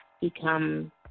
become